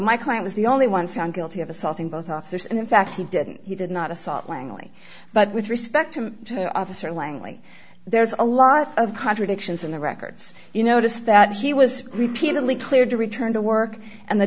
my client was the only one found guilty of assaulting both officers and in fact he didn't he did not assault langley but with respect to officer langley there's a lot of contradictions in the records you notice that he was repeatedly cleared to return to work and the